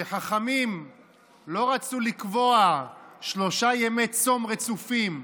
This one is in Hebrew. וחכמים לא רצו לקבוע שלושה ימי צום רצופים,